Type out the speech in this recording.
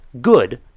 Good